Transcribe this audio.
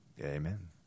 Amen